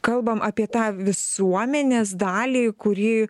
kalbam apie tą visuomenės dalį kuri